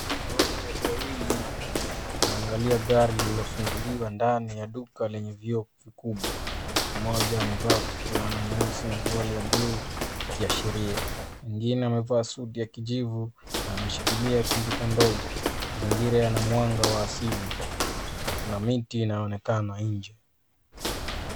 Hawa hi watu wawili wanaangalia gari lililofunguliwa, ndani ya duka lenye vioo vikubwa. Mmoja amevaa fulana nyeusi na suruali ya buluu kiashiria. Mwingine amevaa suti ya kijivu na anashikilia kompyuta ndogo. Mazingira yana mwanga wa asili na kuna miti inaonekana nje.